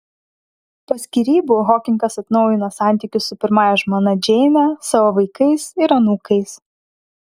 po skyrybų hokingas atnaujino santykius su pirmąja žmona džeine savo vaikais ir anūkais